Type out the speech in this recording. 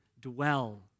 dwell